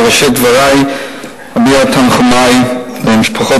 בראשית דברי אביע תנחומי למשפחות